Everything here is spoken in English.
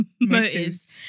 motives